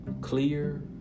clear